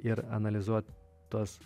ir analizuot tuos